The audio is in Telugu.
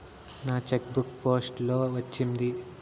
నా చెక్ బుక్ పోస్ట్ లో వచ్చింది